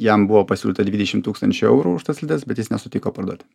jam buvo pasiūlyta dvidešim tūkstančių eurų už tas slides bet jis nesutiko parduoti